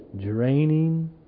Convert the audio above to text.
Draining